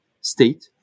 state